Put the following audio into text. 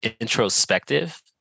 introspective